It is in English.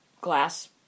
glass